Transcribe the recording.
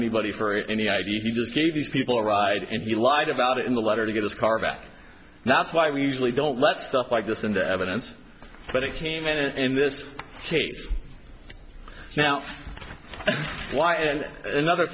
anybody for any id he just gave these people ride and he lied about it in the letter to get his car back that's why we usually don't let stuff like this into evidence but it came in and in this case now why and another